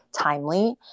timely